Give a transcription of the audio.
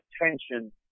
attention